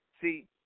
see